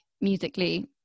musically